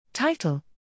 Title